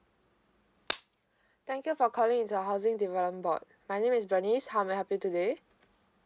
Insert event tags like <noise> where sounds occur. <noise> thank you for calling the housing development board my name is bernice how may I help you today